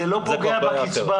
זה לא פוגע בקצבה,